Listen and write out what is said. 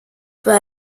peut